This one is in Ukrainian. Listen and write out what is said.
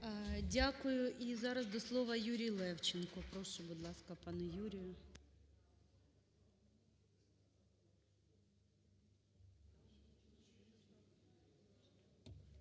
Дякую. І зараз до слова Юрій Левченко. Прошу, будь ласка, пане Юрію.